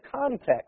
context